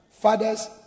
Fathers